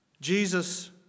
jesus